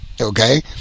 okay